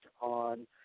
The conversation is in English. on